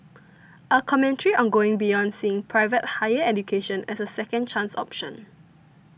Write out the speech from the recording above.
a commentary on going beyond seeing private higher education as a second chance option